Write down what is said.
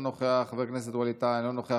אינו נוכח,